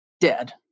dead